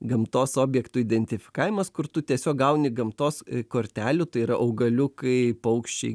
gamtos objektų identifikavimas kur tu tiesiog gauni gamtos kortelių tai yra augaliukai paukščiai